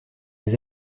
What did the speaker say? des